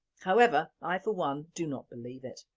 however, i for one do not believe it.